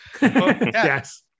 Yes